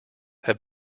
have